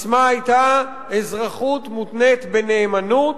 הססמה היתה: אזרחות מותנית בנאמנות,